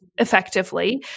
effectively